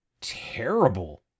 terrible